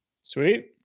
Sweet